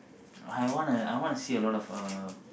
I wanna I wanna see a lot of uh